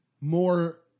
more